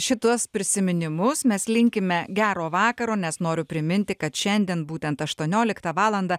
šituos prisiminimus mes linkime gero vakaro nes noriu priminti kad šiandien būtent aštuonioliktą valandą